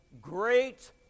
great